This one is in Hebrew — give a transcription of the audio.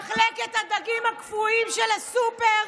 במחלקת הדגים הקפואים של הסופר,